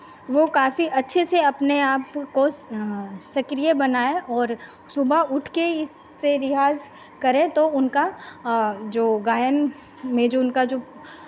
वो काफी अच्छे से अपने आप को सक्रिय बनायेँ और सुबह उठ के इस से रियाज़ करें तो उनका जो गायन में जो उनका जो